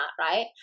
right